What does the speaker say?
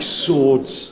swords